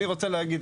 אני רוצה להגיד,